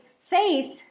faith